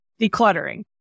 decluttering